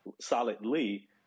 solidly